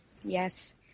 Yes